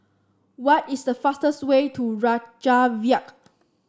what is the fastest way to Reykjavik